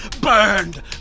Burned